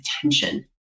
attention